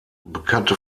bekannte